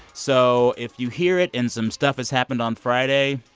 so if you hear it, and some stuff as happened on friday,